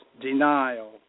denial